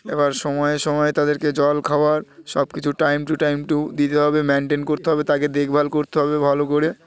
এবার সময়ে সময়ে তাদেরকে জল খাবার সব কিছু টাইম টু টাইম টু দিতে হবে মেনটেন করতে হবে তাকে দেখভাল করতে হবে ভালো করে